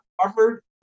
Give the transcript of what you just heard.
Harvard